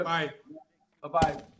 Bye-bye